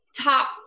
top